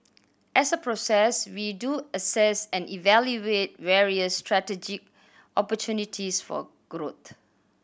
as a process we do assess and evaluate various strategic opportunities for growth